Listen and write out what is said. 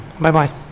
Bye-bye